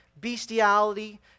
bestiality